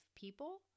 people